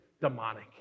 demonic